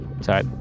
sorry